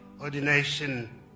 ordination